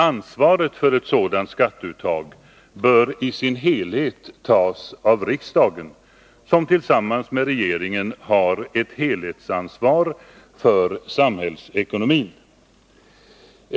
Ansvaret för ett sådant skatteuttag bör i sin helhet tas av riksdagen, som tillsammans med regeringen har ett heihetsansvar för samhällsekonomin.